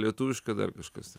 lietuviška dar kažkas